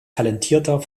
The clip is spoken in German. talentierter